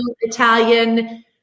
Italian